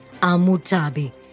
Amutabi